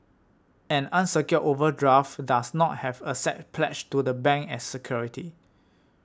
an unsecured overdraft does not have assets pledged to the bank as security